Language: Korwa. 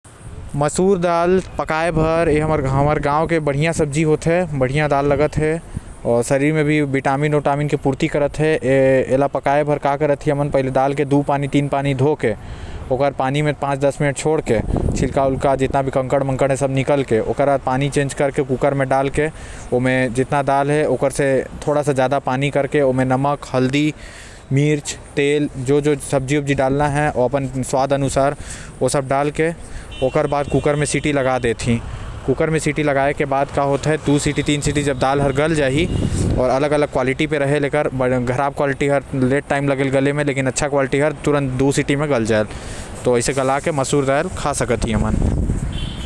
मसूर दाल पकाए बर ए हमन के गांव के अच्छा सब्जी होते आऊ शरीर म भी विटामिन के पूर्ती करते। ऐला पकाए बर का करत ही की पहिले दाल के दो पानी तीन पानी धो के पानी म पांच दस मिनट छोड़ के छिलका आऊ जो कंकड़ पत्थर है। ओला निकल के आऊ कूकर म डाल के उमा जितना भी दाल है ओकर हिसाब से पानी कर के उमा नमक हल्दी ए सब डालना चाही।